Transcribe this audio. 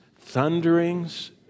thunderings